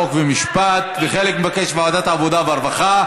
חוק ומשפט וחלק מבקשים ועדת העבודה והרווחה,